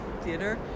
theater